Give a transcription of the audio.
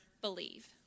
believe